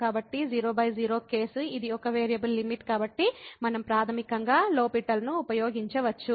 కాబట్టి 00 కేసు ఇది ఒక వేరియబుల్ లిమిట్ కాబట్టి మనం ప్రాథమికంగా లో పిటల్ L'Hospital ను ఉపయోగించవచ్చు